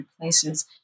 places